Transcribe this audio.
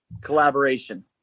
collaboration